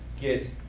get